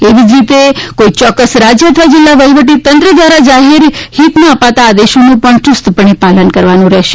એવી જ રીતે કોઈ યોક્કસ રાજ્ય અથવા જિલ્લા વહિવટીતંત્ર દ્વારા જાહેર હિતના અપાતા આદેશોનું પણ યૂસ્તપણે પાલન કરવાનું રહેશે